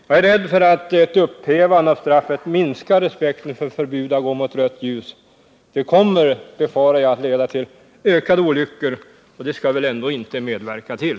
Jag är rädd för att ett upphävande av detta straff minskar respekten för förbudet att gå mot rött ljus. Det kommer, befarar jag, att leda till ännu fler olyckor, och det skall vi väl ändå inte medverka till.